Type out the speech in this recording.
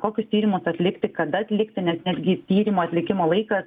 kokius tyrimus atlikti kada atlikti nes netgi tyrimo atlikimo laikas